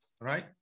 Right